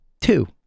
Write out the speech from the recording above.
Two